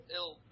ill